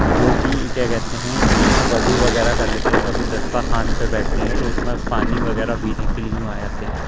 جو کہ کیا کہتے ہیں اس میں وضو وغیرہ کر لیتے ہیں کبھی دسترخوان پہ بیٹھتے ہیں تو اس میں پانی وغیرہ پینے کے لیے یوں آ جاتے ہیں